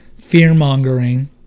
fear-mongering